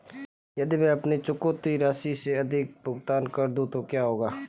यदि मैं अपनी चुकौती राशि से अधिक भुगतान कर दूं तो क्या होगा?